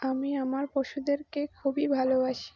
আমি আমার পশুদেরকে খুবই ভালোবাসি